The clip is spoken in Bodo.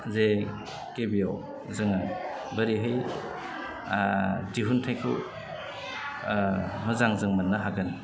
जे गिबियाव जोङो बोरैहाय दिहुनथायखौ मोजां जों मोननो हागोन